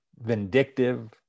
vindictive